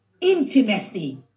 intimacy